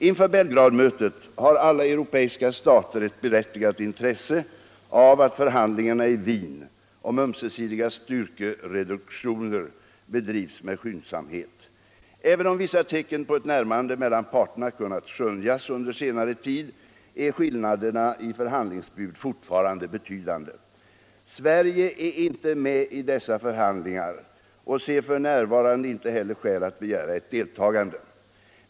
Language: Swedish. Inför Belgradmötet har alla europeiska stater ett berättigat intresse av att förhandlingarna i Wien om ömsesidiga styrkereduktioner bedrivs med skyndsamhet. Även om vissa tecken på ett närmande mellan parterna kunnat skönjas under senare tid är skillnaderna i förhandlingsbud fortfarande betydande. Sverige är inte med i dessa förhandlingar och ser f.n. inte heller skäl att begära ett deltagande.